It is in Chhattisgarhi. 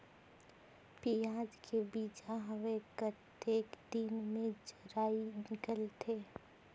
पियाज के बीजा हवे कतेक दिन मे जराई निकलथे?